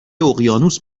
اقیانوس